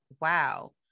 wow